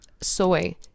soy